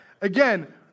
Again